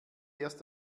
erst